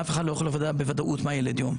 אף אחד לא יודע בוודאות מה ילד יום.